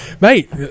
mate